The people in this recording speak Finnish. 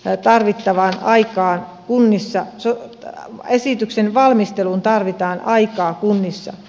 ja tarvittavaa aikaa kunnissa se että esityksen valmisteluun tarvitaan aikaa kunnissa